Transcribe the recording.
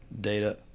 data